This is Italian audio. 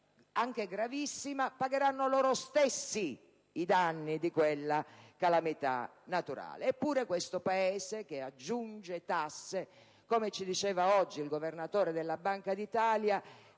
anche gravissima, pagheranno loro stessi i danni di quella calamità naturale. Eppure questo Paese, che aggiunge tasse, come diceva oggi il Governatore della Banca d'Italia,